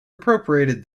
appropriated